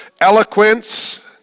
eloquence